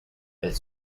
elle